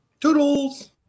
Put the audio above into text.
Toodles